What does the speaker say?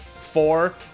Four